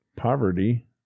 poverty